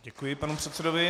Děkuji panu předsedovi.